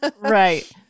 Right